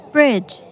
Bridge